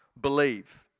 believe